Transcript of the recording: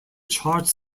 charts